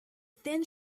thin